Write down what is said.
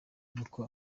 n’uko